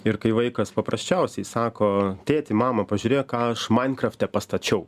ir kai vaikas paprasčiausiai sako tėti mama pažiūrėk ką aš mankrafte pastačiau